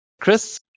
Chris